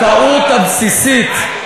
ומה עם שתי המדינות?